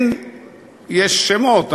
יש שמות,